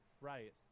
Right